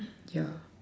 yeah